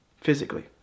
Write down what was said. Physically